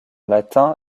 latin